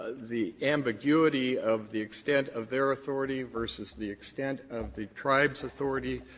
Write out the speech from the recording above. the ambiguity of the extent of their authority versus the extent of the tribe's authority.